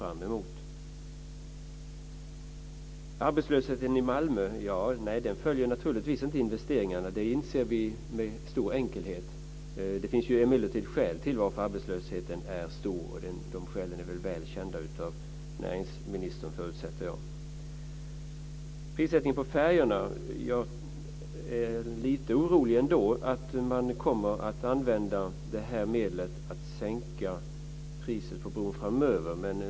Arbetslösheten i Malmö följer inte investeringarna. Det inser vi med enkelhet. Det finns emellertid skäl till att arbetslösheten är stor. Jag förutsätter att de skälen är väl kända av näringsministern. Jag är lite orolig för att man kommer att sänka broavgifterna framöver.